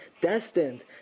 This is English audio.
destined